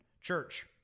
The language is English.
church